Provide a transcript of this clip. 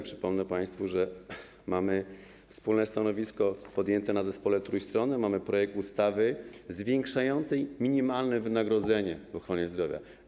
Przypomnę państwu, że mamy wspólne stanowisko przyjęte w zespole trójstronnym, mamy projekt ustawy zwiększającej minimalne wynagrodzenie w ochronie zdrowia.